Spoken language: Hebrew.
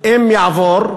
אם יעבור,